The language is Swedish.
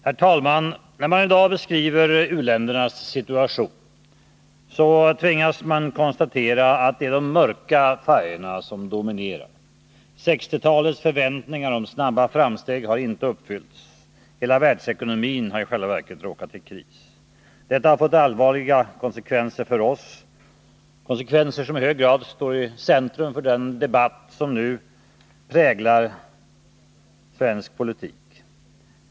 Herr talman! När man i dag beskriver u-ländernas situation tvingas man konstatera att det är de mörka färgerna som dominerar. 1960-talets förväntningar om snabba framsteg har inte uppfyllts. Hela världsekonomin har ju i själva verket råkat i kris. Detta har fått allvarliga konsekvenser för oss, konsekvenser som i hög grad står i centrum för den debatt som nu präglar svensk politik.